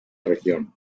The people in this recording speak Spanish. región